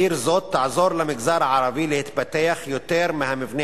עיר זו תעזור למגזר הערבי להתפתח יותר מהמבנה